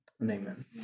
amen